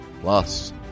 plus